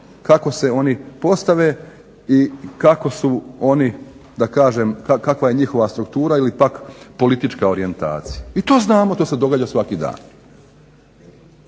kako se oni postave i kako su oni, da kažem kakva je njihova struktura ili pak politička orijentacija. I to znamo, to se događa svaki dan